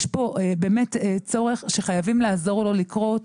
יש פה באמת צורך שחייבים לעזור לו לקרות.